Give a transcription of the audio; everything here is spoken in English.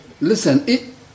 Listen